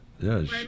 Yes